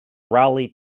rally